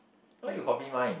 why you copy mine